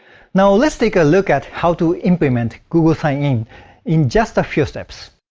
now, let's take a look at how to implement google sign-in in just a few steps.